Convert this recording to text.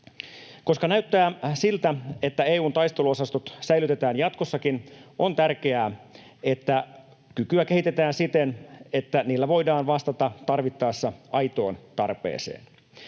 Koska näyttää siltä, että EU:n taisteluosastot säilytetään jatkossakin, on tärkeää, että kykyä kehitetään siten, että niillä voidaan vastata tarvittaessa aitoon tarpeeseen.